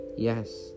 Yes